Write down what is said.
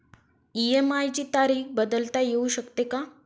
EMI ची तारीख बदलता येऊ शकते का?